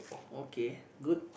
okay good